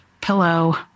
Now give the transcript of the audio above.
pillow